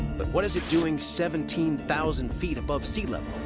but what is it doing seventeen thousand feet above sea level?